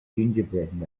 gingerbread